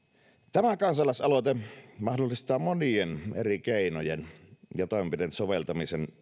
tämä kansalaisaloite mahdollistaa monien eri keinojen ja toimenpiteiden soveltamisen